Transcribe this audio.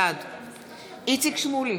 בעד איציק שמולי,